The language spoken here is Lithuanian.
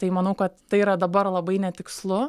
tai manau kad tai yra dabar labai netikslu